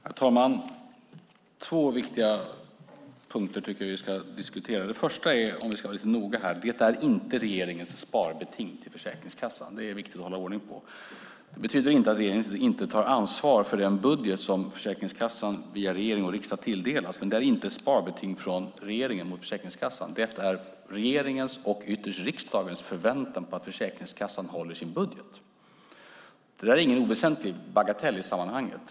Herr talman! Två viktiga punkter tycker jag att vi ska diskutera. Den första är att det, om vi ska vara lite noga här, inte är regeringens sparbeting till Försäkringskassan. Det är viktigt att hålla ordning på. Det betyder inte att regeringen inte tar ansvar för den budget som Försäkringskassan via regering och riksdag tilldelas, men det handlar inte om ett sparbeting från regeringen mot Försäkringskassan utan om regeringens och ytterst riksdagens förväntan på att Försäkringskassan håller sin budget. Det är ingen bagatell i sammanhanget.